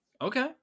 Okay